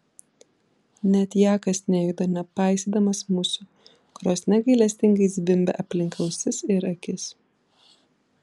net jakas nejuda nepaisydamas musių kurios negailestingai zvimbia aplink ausis ir akis